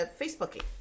Facebooking